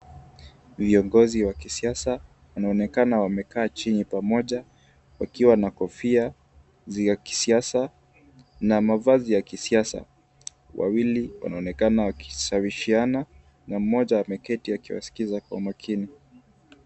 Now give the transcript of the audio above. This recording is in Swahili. Viongozi wa kisiasa wanaonekana wamekaa chini pamoja, wakiwa na kofia za kisiasa na mavazi ya kisiasa. Wawili wanaonekana wakishawishana na mmoja ameketi akiwasikiza kwa makini.